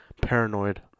paranoid